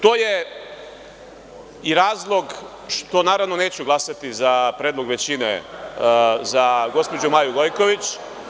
To je i razlog što neću glasati za predlog većine za gospođu Maju Gojković.